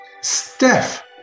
Steph